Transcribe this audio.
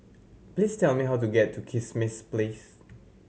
please tell me how to get to Kismis Place